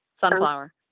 sunflower